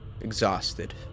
exhausted